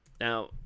Now